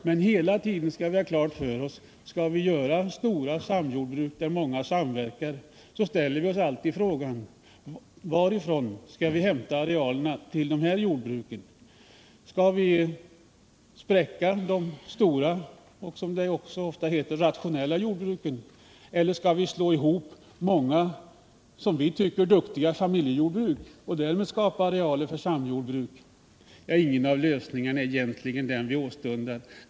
Men hela tiden bör vi ha klart för oss att man, om man vill bilda stora samjordbruk, där många samverkar, alltid 31 först bör ställa sig frågan: Varifrån skall vi hämta arealerna till de här jordbruken? Skall vi spräcka de stora, och, som det ofta heter, rationella jordbruken, eller skall vi slå ihop många, som vi tycker bra familjejordbruk och därmed skapa arealer för samjordbruk? Ingen av lösningarna är egentligen vad vi åstundar.